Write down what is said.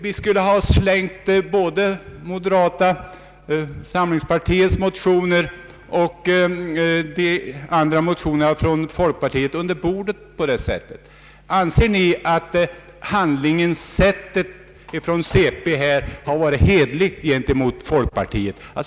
Vi skulle på det sättet ha slängt både moderata samlingspartiets motioner och de andra motionerna från folkpartiet under bordet. Anser ni att centerpartiets handlingssätt mot folkpartiet har varit hederligt?